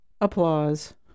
applause